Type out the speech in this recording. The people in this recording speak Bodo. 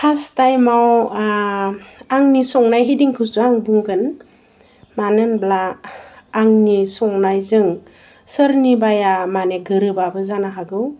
फार्स्ट टाइमाव आंनि संनाय हिदिंखौसो आं बुंगोन मानो होनोब्ला आंनि संनायजों सोरनिबाया माने गोरोबाबो जानो हागौ